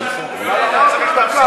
חבר הכנסת ביטן,